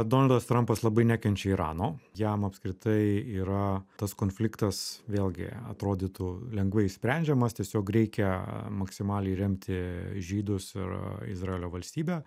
donaldas trampas labai nekenčia irano jam apskritai yra tas konfliktas vėlgi atrodytų lengvai išsprendžiamas tiesiog reikia maksimaliai remti žydus ir izraelio valstybę